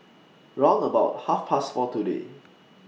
round about Half Past four today